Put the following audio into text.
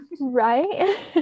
Right